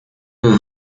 peut